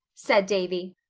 said davy.